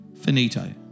finito